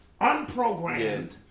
unprogrammed